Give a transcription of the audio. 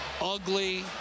Ugly